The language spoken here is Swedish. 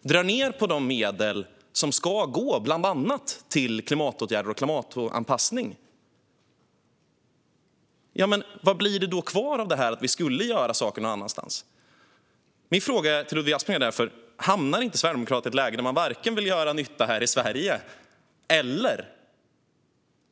Ni vill dra ned på de medel som ska gå bland annat till klimatåtgärder och klimatanpassning. Vad blir det då kvar av att vi ska göra saker någon annanstans? Min fråga till Ludvig Aspling är därför: Hamnar inte Sverigedemokraterna i ett läge där de varken vill göra nytta här i Sverige eller